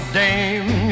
dame